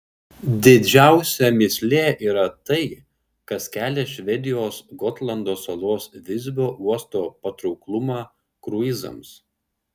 didžiausia mįslė yra tai kas kelia švedijos gotlando salos visbio uosto patrauklumą kruizams